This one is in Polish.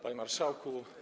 Panie Marszałku!